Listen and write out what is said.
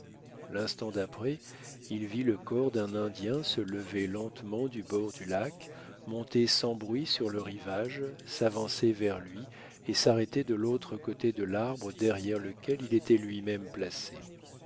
l'instant d'après il vit le corps d'un indien se lever lentement du bord du lac monter sans bruit sur le rivage s'avancer vers lui et s'arrêter de l'autre côté de l'arbre derrière lequel il était lui-même placé